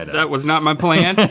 that was not my plan.